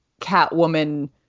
Catwoman